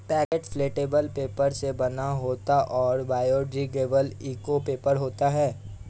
packet plantable paper से बना होता है और बायोडिग्रेडेबल इको पेपर होता है